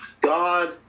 God